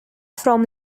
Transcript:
from